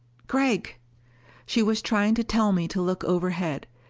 gregg she was trying to tell me to look overhead.